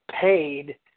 paid